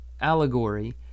allegory